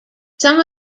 some